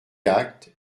actes